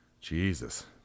Jesus